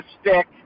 stick